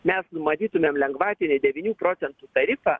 mes numatytumėm lengvatinį devynių procentų tarifą